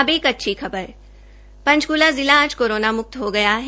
अब एक अच्छी खबर पंचक्ला जिला आज कोरोना मुक्त हो गया है